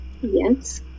Yes